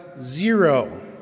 zero